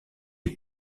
est